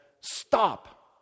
Stop